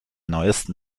neuesten